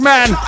Man